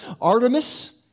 Artemis